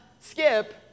skip